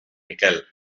miquel